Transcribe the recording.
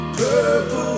purple